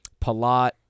palat